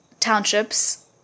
Townships